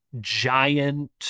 Giant